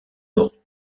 lors